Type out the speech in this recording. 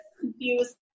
confused